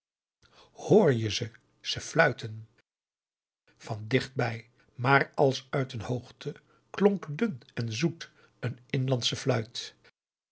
hoor je ze ze fluiten van dichtbij maar als uit een hoogte klonk dun en zoet een inlandsche fluit